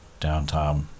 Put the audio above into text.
downtime